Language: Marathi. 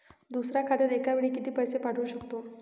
दुसऱ्या खात्यात एका वेळी किती पैसे पाठवू शकतो?